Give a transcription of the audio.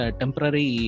temporary